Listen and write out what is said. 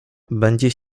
będzie